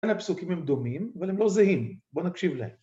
‫הפסוקים הם דומים, ‫אבל הם לא זהים. בואו נקשיב להם.